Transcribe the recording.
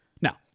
Now